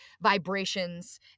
vibrations